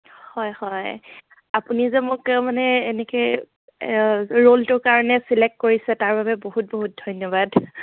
হয় হয় আপুনি যে মোক মানে এনেকৈ ৰ'লটোৰ কাৰণে চিলেক্ট কৰিছে তাৰবাবে বহুত বহুত ধন্যবাদ